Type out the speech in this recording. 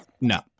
No